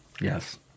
Yes